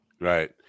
right